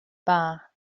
bar